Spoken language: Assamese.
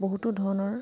বহুতো ধৰণৰ